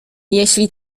jeśli